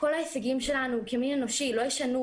כל ההישגים שלנו כמין אנושי לא ישנו,